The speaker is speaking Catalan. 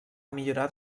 millorat